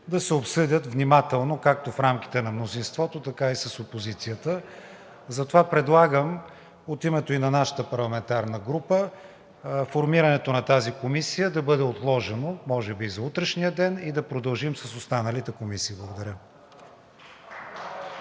да се обсъдят внимателно както в рамките на мнозинството, така и с опозицията. Затова предлагам от името и на нашата парламентарна група формирането на тази комисия да бъде отложено – може би за утрешния ден, и да продължим с останалите комисии. Благодаря.